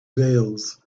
veils